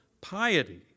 piety